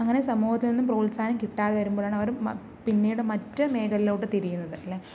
അങ്ങനെ സമൂഹത്തിൽ നിന്നും പ്രോത്സാഹനം കിട്ടാതെ വരുമ്പോഴാണ് അവർ പിന്നീട് മറ്റ് മേഖലയിലോട്ട് തിരിയുന്നത് അല്ലേ